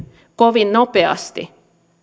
kovin nopeasti